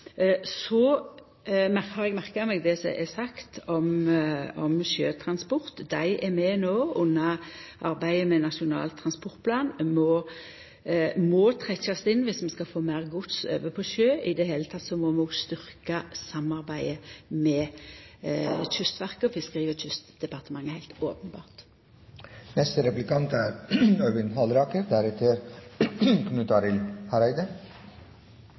så omfattande grunnlag som i dag. Så har eg merka meg det som er sagt om sjøtransport. Han er no med i arbeidet med Nasjonal transportplan og må trekkjast inn dersom ein skal få meir gods over på sjø. I det heile må ein styrkja samarbeidet med Kystverket og Fiskeri- og kystdepartementet, heilt openbert. Det er